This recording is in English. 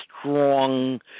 strong